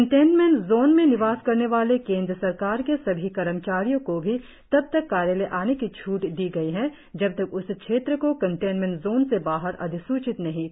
containment zone में निवास करने वाले केंद्र सरकार के सभी कर्मचारियों को भी तब तक कार्यालय आने की छूट दी गई है जब तक उस क्षेत्र को कनटेनमेंट ज़ोन से बाहर अधिसूचित नहीं कर दिया जाता